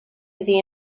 iddi